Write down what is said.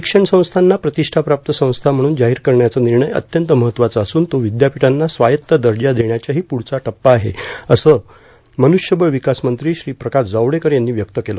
शिक्षणसंस्थांना प्रतिष्ठाप्राप्त संस्था म्हणून जाहीर करण्याचा निर्णय अत्यंत महत्वाचा असून तो विद्यापीठांना स्वायत्त दर्जा देण्याच्याही पुढचा टप्पा आहे असं मत मनुष्यबळ विकासमंत्री श्री प्रकाश जावडेकर यांनी व्यक्त केलं